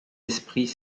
esprits